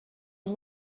amb